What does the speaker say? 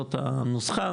זאת הנוסחה,